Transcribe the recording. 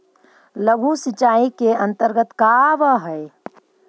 लघु सिंचाई के अंतर्गत का आव हइ?